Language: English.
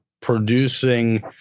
producing